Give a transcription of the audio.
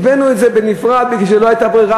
הבאנו את זה בנפרד מפני שלא הייתה ברירה,